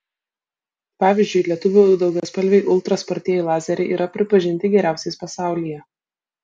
pavyzdžiui lietuvių daugiaspalviai ultra spartieji lazeriai yra pripažinti geriausiais pasaulyje